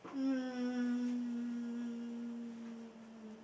um